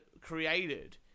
created